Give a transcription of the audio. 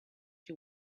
you